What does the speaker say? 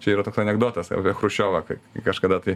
čia yra toks anekdotas apie chruščiovą kai kažkada tai